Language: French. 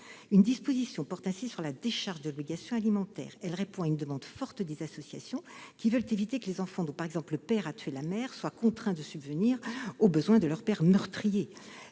Une disposition porte ainsi sur la décharge de l'obligation alimentaire. Elle répond à une demande forte des associations, qui veulent éviter que les enfants dont, par exemple, le père a tué la mère, soient contraints de subvenir aux besoins de leur père meurtrier.